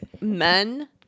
Men